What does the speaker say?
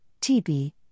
TB